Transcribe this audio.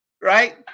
right